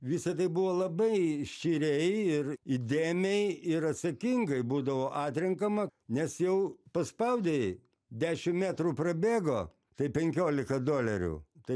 visa tai buvo labai širiai ir įdėmiai ir atsakingai būdavo atrenkama nes jau paspaudei dešim metrų prabėgo tai penkiolika dolerių tai